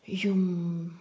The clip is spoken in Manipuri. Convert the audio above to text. ꯌꯨꯝ